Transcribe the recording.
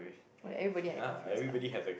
oh like everybody had curfews lah